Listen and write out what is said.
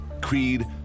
creed